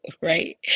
right